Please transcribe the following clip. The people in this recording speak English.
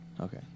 okay